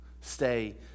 stay